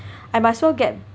I might as well get